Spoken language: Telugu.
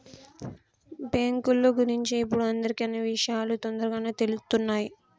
బ్యేంకుల గురించి ఇప్పుడు అందరికీ అన్నీ విషయాలూ తొందరగానే తెలుత్తున్నయ్